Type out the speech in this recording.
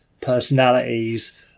personalities